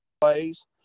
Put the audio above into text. plays